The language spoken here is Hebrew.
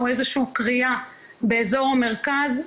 או איזשהו קריאה באזור המרכז,